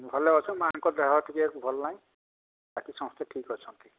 ଭଲ ଅଛୁ ମାଆଙ୍କ ଦେହ ଟିକେ ଭଲ ନାଇ ବାକି ସମସ୍ତେ ଠିକ୍ ଅଛନ୍ତି